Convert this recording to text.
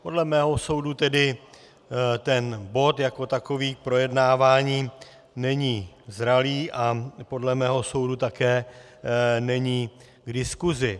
Podle mého soudu tedy bod jako takový k projednávání není zralý a podle mého soudu také není k diskusi.